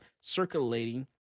circulating